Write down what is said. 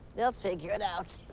they'll figure it out.